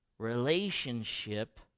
relationship